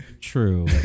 True